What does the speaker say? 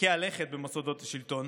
מרחיקי הלכת מוסדות השלטון